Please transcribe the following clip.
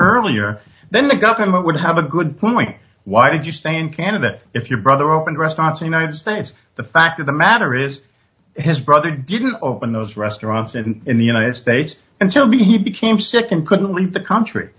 earlier then the government would have a good point why did you stay in canada if your brother opened restaurants and knives that's the fact of the matter is his brother didn't open those restaurants and in the united states until he became sick and couldn't leave the country